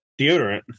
Deodorant